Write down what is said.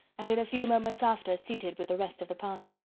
and in a few moments after seated with the rest of the party.